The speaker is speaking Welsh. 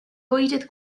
bwydydd